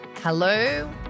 Hello